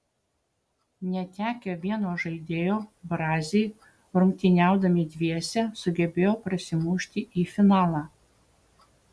netekę vieno žaidėjo braziai rungtyniaudami dviese sugebėjo prasimušti į finalą